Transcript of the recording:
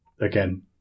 Again